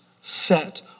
set